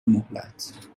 مهلت